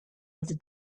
other